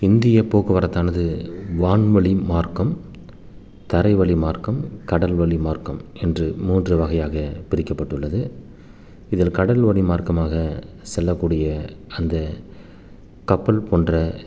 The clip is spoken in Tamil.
இந்தியப் போக்குவரத்தானது வான்வழி மார்க்கம் தரைவழி மார்க்கம் கடல்வழி மார்க்கம் என்று மூன்று வகையாக பிரிக்கப்பட்டுள்ளது இதில் கடல்வழி மார்க்கமாக செல்லக்கூடிய அந்த கப்பல் போன்ற